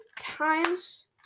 times